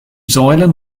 säulen